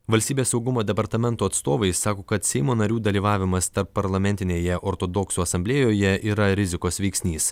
valstybės saugumo departamento atstovai sako kad seimo narių dalyvavimas tarpparlamentinėje ortodoksų asamblėjoje yra rizikos veiksnys